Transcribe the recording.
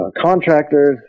contractors